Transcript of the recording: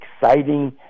exciting